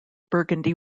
burgundy